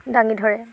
দাঙি ধৰে